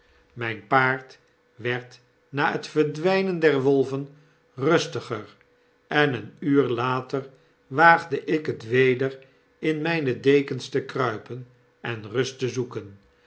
myn paard werd na het verdwynen der wolven rustiger en een uur later waagde ik het weder in myne dekens te kruipen en rust te zoeken